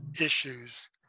issues